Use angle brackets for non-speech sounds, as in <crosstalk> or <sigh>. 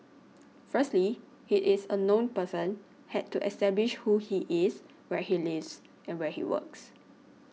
<noise> firstly he is a known person had to establish who he is where he lives where he works